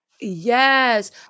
yes